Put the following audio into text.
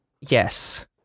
Yes